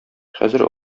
хәзер